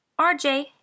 RJ